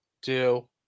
two